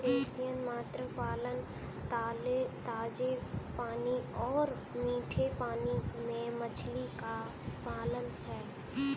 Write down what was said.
अंतर्देशीय मत्स्य पालन ताजे पानी और मीठे पानी में मछली का पालन है